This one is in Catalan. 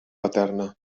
paterna